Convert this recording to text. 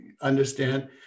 understand